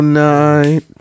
night